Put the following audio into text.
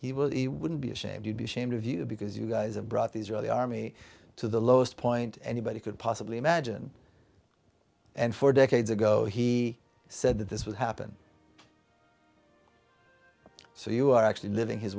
was he wouldn't be ashamed you'd be ashamed of you because you guys have brought the israeli army to the lowest point anybody could possibly imagine and for decades ago he said that this would happen so you are actually living his